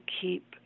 keep